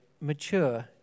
mature